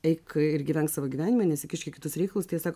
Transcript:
eik ir gyvenk savo gyvenimą nesikišk į kitus reikalus tie jie sako